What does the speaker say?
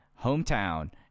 hometown